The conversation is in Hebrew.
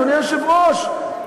אדוני היושב-ראש,